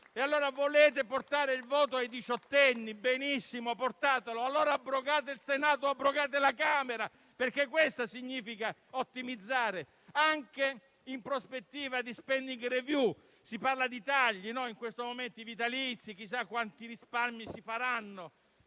Volete estendere il voto ai diciottenni? Benissimo, fatelo, ma allora abrogate il Senato o abrogate la Camera, perché questo significa ottimizzare, anche in una prospettiva di *spending review*. Si parla di tagli in questo momento, i vitalizi, chissà quanti risparmi si faranno,